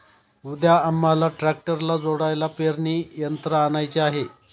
उद्या आम्हाला ट्रॅक्टरला जोडायला पेरणी यंत्र आणायचे आहे